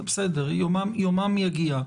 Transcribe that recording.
זה בסדר, יומם יגיע.